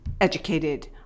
educated